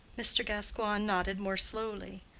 mr. gascoigne nodded more slowly,